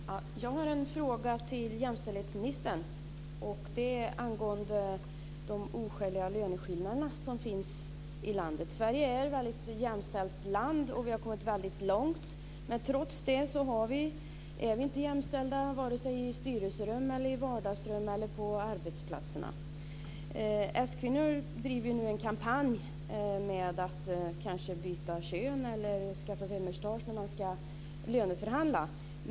Fru talman! Jag har en fråga till jämställdhetsministern angående de oskäliga löneskillnader som finns i landet. Sverige är ett mycket jämställt land, och vi har kommit väldigt långt. Men trots det är vi inte jämställda vare sig i styrelserum, i vardagsrum eller på arbetsplatserna. S-kvinnor driver nu en kampanj om att kanske byta kön eller skaffa sig mustasch när man ska löneförhandla.